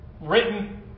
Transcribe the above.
Written